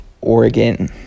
Oregon